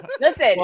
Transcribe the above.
Listen